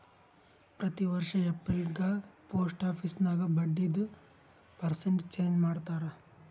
ಪ್ರತಿ ವರ್ಷ ಎಪ್ರಿಲ್ಗ ಪೋಸ್ಟ್ ಆಫೀಸ್ ನಾಗ್ ಬಡ್ಡಿದು ಪರ್ಸೆಂಟ್ ಚೇಂಜ್ ಮಾಡ್ತಾರ್